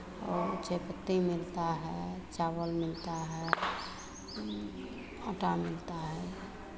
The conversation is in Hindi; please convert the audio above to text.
और चायपत्ती मिलता है चावल मिलता है आटा मिलता है